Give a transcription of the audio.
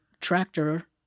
tractor